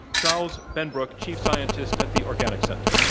charles ben brook, chief scientist at the organic center.